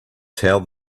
tell